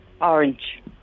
Orange